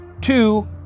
two